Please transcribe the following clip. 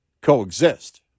coexist